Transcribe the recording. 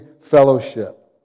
fellowship